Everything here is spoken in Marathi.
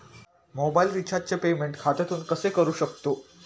मोबाइल रिचार्जचे पेमेंट खात्यातून कसे करू शकतो?